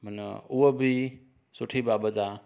मना उहो बि सुठी बाबति आहे